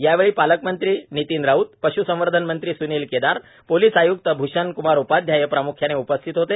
यावेळी पालकमंत्री नितिन राऊत पश्संवर्धन मंत्री सुनील केदार पोलिस आयुक्त भूषण कुमार उपाध्याय प्रामुख्याने उपस्थित होते